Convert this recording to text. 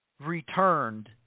returned